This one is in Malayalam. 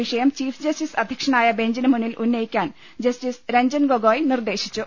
വിഷയം ചീഫ് ജസ്റ്റിസ് അധ്യക്ഷനായ ബഞ്ചിന് മുന്നിൽ ഉന്നയ്പിക്കാൻ ജസ്റ്റിസ് രഞ്ജൻ ഗൊഗോയ് നിർദ്ദേശിച്ചു